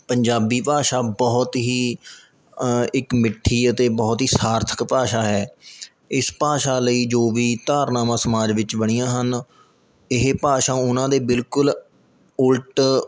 ਪੰਜਾਬੀ ਭਾਸ਼ਾ ਬਹੁਤ ਹੀ ਇੱਕ ਮਿੱਠੀ ਅਤੇ ਬਹੁਤ ਹੀ ਸਾਰਥਕ ਭਾਸ਼ਾ ਹੈ ਇਸ ਭਾਸ਼ਾ ਲਈ ਜੋ ਵੀ ਧਾਰਨਾਵਾਂ ਸਮਾਜ ਵਿੱਚ ਬਣੀਆਂ ਹਨ ਇਹ ਭਾਸ਼ਾ ਉਹਨਾਂ ਦੇ ਬਿਲਕੁਲ ਉਲਟ